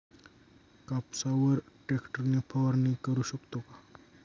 कापसावर ट्रॅक्टर ने फवारणी करु शकतो का?